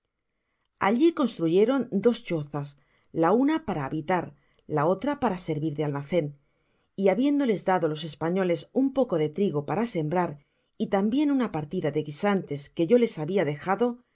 allí construyeron des chozas la una para habitar la otra para servir de almacen y habiéndoles dado los españoles un poco de trigo para sembrar y tambien una partida de guisantes que yoles habia dejado